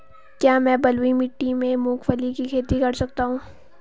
क्या मैं बलुई मिट्टी में मूंगफली की खेती कर सकता हूँ?